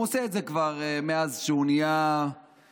הוא עושה את זה כבר מאז שהוא נהיה שר,